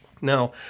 Now